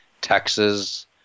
Texas